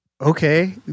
Okay